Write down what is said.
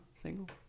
Single